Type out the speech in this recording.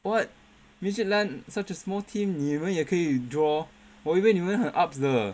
what Midtjylland such a small team 你们也可以 draw 我以为你们很 ups 的